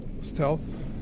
stealth